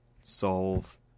solve